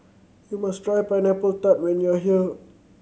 you must try Pineapple Tart when you are here